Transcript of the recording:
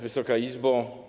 Wysoka Izbo!